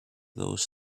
those